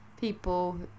people